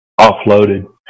offloaded